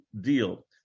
deal